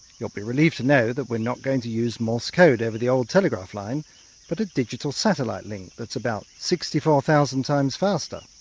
you'll be relieved to know that we're not going to use morse code over the old telegraph line but a digital satellite link that's about sixty four thousand times faster.